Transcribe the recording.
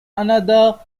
another